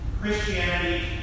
Christianity